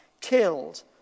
killed